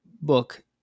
book